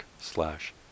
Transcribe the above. slash